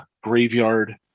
graveyard